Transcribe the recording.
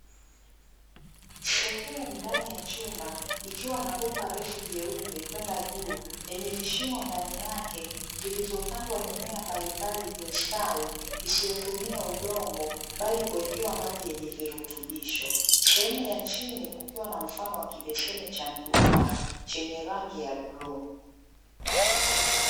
Sehemu ndani ya chumba ikiwa na bomba refu jeupe kwenda juu lenye vishimo ndani yake vilivyopandwa mimea mbalimbali iliyostawi isiyo tumia udongo bali kuwekewa maji yenye virutubisho, sehemu ya chini kukiwa na mfano wa kibeseni cha mduara chenye rangi ya bluu.